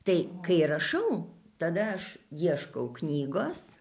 tai kai rašau tada aš ieškau knygos